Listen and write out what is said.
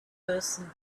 person